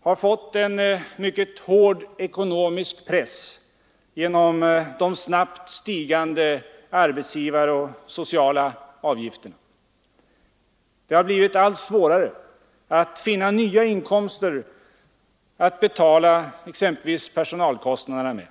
har fått en mycket hård ekonomisk press genom de snabbt stigande arbetsgivaravgifterna och sociala avgifterna. Det har blivit allt svårare att finna nya inkomster att betala exempelvis personalkostnaderna med.